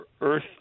earth